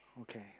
Okay